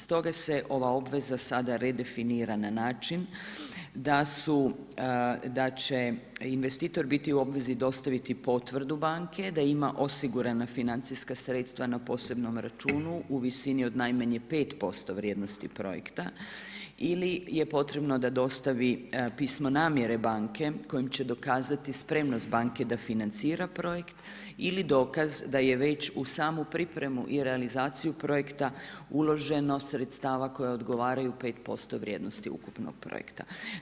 Stoga se ova obveza sada redefinira na način da su, da će investitor biti u obvezi dostaviti potvrdu banke, da ima osigurana financijska sredstva na posebnom računu u visini od najmanje 5% vrijednosti projekta ili je potrebno da dostavi pismo namjere banke kojom će dokazati spremnost banke da financira projekt ili dokaz da je već u samu pripremu i realizaciju projekta uloženo sredstva koja odgovaraju 5% vrijednosti ukupnog projekta.